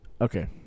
Okay